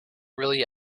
really